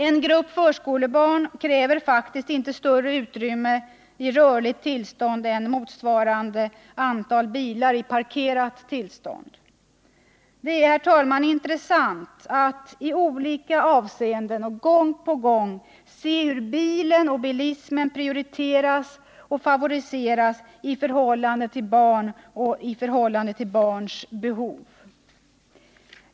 En grupp förskolebarn kräver faktiskt inte större utrymme i rörligt tillstånd än motsvarande antal bilar i parkerat tillstånd. Det är, herr talman, intressant att i olika avseenden gång på gång se hur bilen och bilismen prioriteras och favoriseras i förhållande till barn och barns behov.